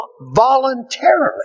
voluntarily